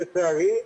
לצערי.